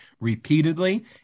repeatedly